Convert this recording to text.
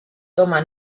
toma